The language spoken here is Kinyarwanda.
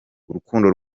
urukundo